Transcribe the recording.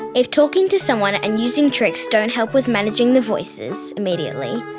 if talking to someone and using tricks don't help with managing the voices immediately,